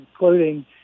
including